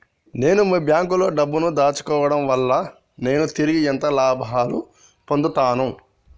నేను మీ బ్యాంకులో డబ్బు ను దాచుకోవటం వల్ల నేను తిరిగి ఎంత లాభాలు పొందుతాను?